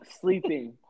sleeping